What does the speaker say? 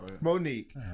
Monique